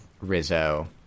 Rizzo